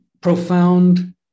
profound